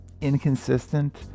inconsistent